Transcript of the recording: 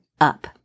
up